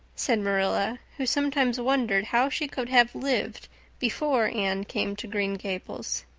said marilla, who sometimes wondered how she could have lived before anne came to green gables,